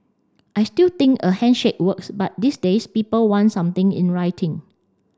I still think a handshake works but these days people want something in writing